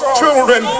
children